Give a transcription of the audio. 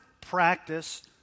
practice